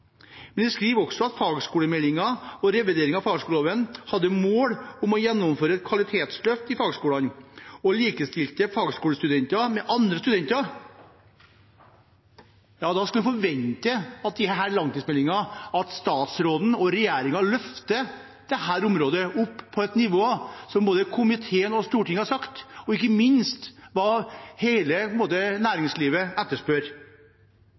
skriver også at fagskolemeldingen og revideringen av fagskoleloven hadde som mål å gjennomføre et kvalitetsløft i fagskolene og likestilte fagskolestudenter med andre studenter. Da skulle man i langtidsmeldingen forvente at statsråden og regjeringen løftet dette området opp på det nivået som både komiteen og Stortinget har sagt, og ikke minst hva hele næringslivet etterspør.